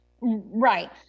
Right